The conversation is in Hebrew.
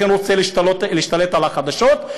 לכן הוא רוצה להשתלט על החדשות,